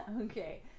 Okay